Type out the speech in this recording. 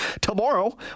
Tomorrow